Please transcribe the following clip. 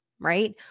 right